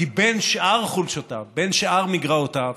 כי בין שאר חולשותיו, בין שאר מגרעותיו,